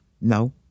No